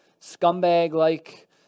scumbag-like